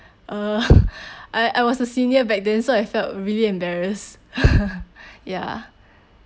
uh I I was a senior back then so I felt really embarrassed ya